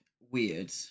weird